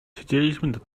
siedzieliśmy